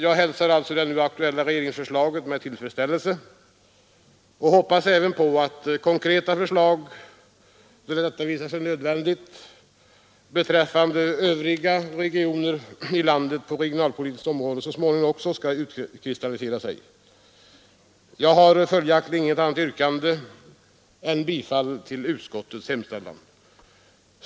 Jag hälsar alltså det nu aktuella regeringsförslaget med tillfredsställelse och hoppas att konkreta förslag, där sådana visar sig nödvändiga, beträffande övriga regioner i landet på regionalpolitikens område så småningom också skall utkristalliseras. Jag har följaktligen inget annat yrkande än bifall till utskottets hemställan.